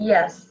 Yes